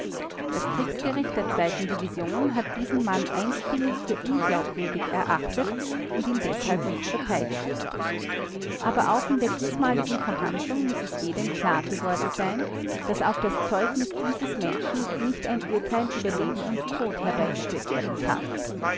das kriegsgericht der division hat diesen mann einstimmig für unglaubwürdig erachtet und ihn deshalb nicht vereidigt aber auch in der diesmaligen verhandlung muß es jedem klar geworden sein daß auf das zeugnis dieses menschen nicht ein urteil über leben und tod herbeigeführt werden kann